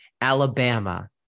Alabama